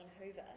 Hoover